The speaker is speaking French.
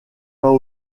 pas